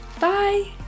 Bye